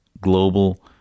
global